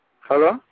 Hello